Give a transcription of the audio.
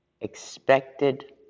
expected